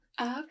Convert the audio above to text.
Okay